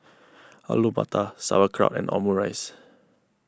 Alu Matar Sauerkraut and Omurice